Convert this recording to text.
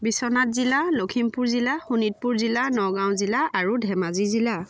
বিশ্বনাথ জিলা লক্ষীমপুৰ জিলা শোণিতপুৰ জিলা নগাঁও জিলা আৰু ধেমাজি জিলা